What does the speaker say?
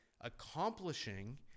accomplishing